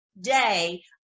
day